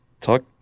talk